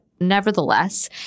nevertheless